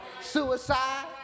suicide